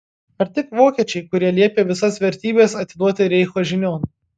ar tik vokiečiai kurie liepė visas vertybes atiduoti reicho žinion